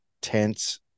tense